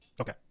okay